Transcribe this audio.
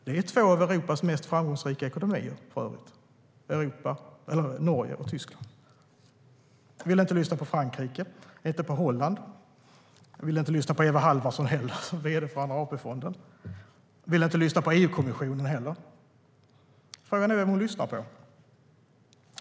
Det är för övrigt två av Europas mest framgångsrika ekonomier. Hon vill inte lyssna på Frankrike, inte på Holland, inte på Eva Halvarsson som är vd för Andra AP-fonden och inte heller vill hon lyssna på EU-kommissionen. Frågan är vem hon lyssnar på.